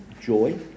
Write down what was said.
joy